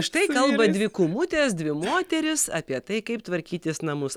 štai kalba dvi kūmutės dvi moterys apie tai kaip tvarkytis namus